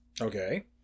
Okay